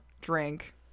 Drink